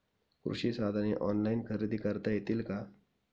कृषी साधने ऑनलाइन खरेदी करता येतील का?